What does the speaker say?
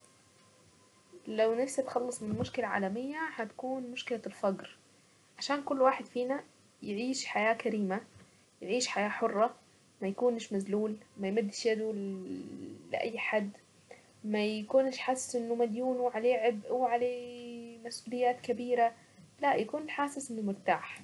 لو نفسي اتخلص من مشكلة عالمية هتكون مشكلة الفقر. عشان كل واحد فينا يعيش حياة كريمة، يعيش حياة حرة، ما يكونش مزلول ما يمدش يده لاي حد، ما يكونش حاسس انه مديون وعليه عبء وعليه مسؤوليات كبيرة، لا يكون حاسس انه مرتاح.